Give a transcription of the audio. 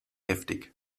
heftig